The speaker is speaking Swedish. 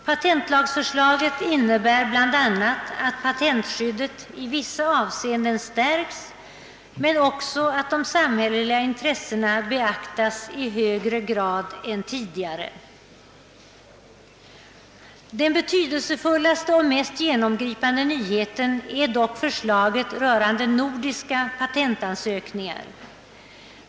Patentlagförslaget innebär bla. att patentskyddet i vissa avseenden stärkes men också att de samhälleliga intressena beaktas i högre grad än tidigare. Den betydelsefullaste och mest genom gripande nyheten är dock förslaget rörande nordiska patentansökningar.